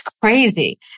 crazy